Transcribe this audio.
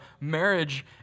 marriage